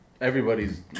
Everybody's